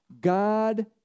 God